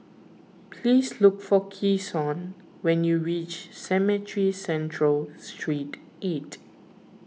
please look for Keshawn when you reach Cemetry Central Sreet eight